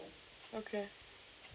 okay